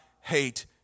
hate